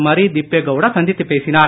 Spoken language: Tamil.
மரி திப்பே கவுடா சந்தித்துப் பேசினார்